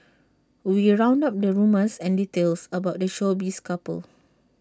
we round up the rumours and details about the showbiz couple